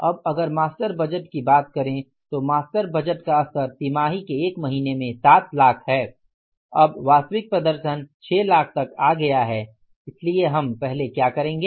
अब अगर master budget की बात करें तो मास्टर बजट का स्तर तिमाही के एक महीने में 7 लाख है अब वास्तविक प्रदर्शन 6 लाख तक आ गया है इसलिए हम पहले क्या करेंगे